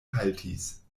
haltis